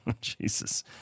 Jesus